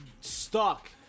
stuck